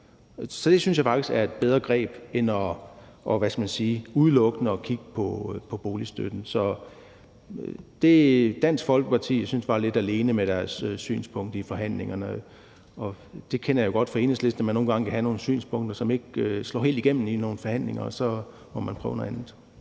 og det synes jeg faktisk er et bedre greb end, hvad skal man sige, udelukkende at kigge på boligstøtten. Så Dansk Folkeparti, synes jeg, var lidt alene med deres synspunkt i forhandlingerne. Jeg kender jo godt fra Enhedslistens side, at man nogle gange kan have nogle synspunkter, som ikke slår helt igennem i nogle forhandlinger, og så må man prøve noget andet.